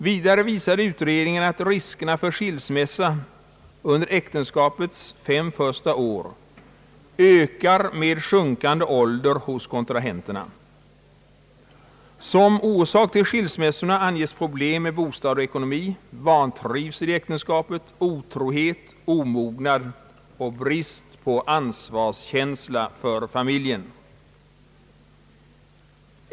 Vidare visade utredningen att riskerna för skilsmässa under äktenskapets fem första år ökar med sjunkande ålder hos kontrahenterna. Som orsak till skilsmässorna anges problem med bostad och ekonomi, vantrivsel i äktenskapet, otro Ang. ändring i giftermålsbalken, m.m. het, omognad och brist på ansvarskänsla för familjen.